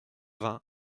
vingts